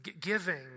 Giving